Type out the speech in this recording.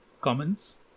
comments